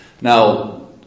Now